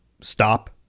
stop